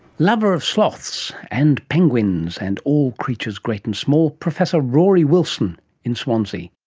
lover of sloths, and penguins, and all creatures great and small, professor rory wilson in swansea